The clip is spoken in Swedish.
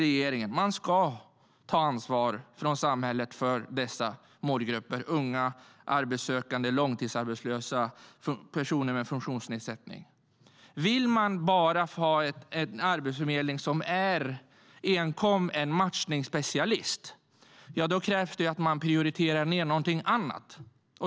Samhället ska ta ansvar för dessa målgrupper - unga, arbetssökande, långtidsarbetslösa och personer med funktionsnedsättning. Om man vill ha en arbetsförmedling som enkom är en matchningsspecialist krävs att man prioriterar ned någonting annat.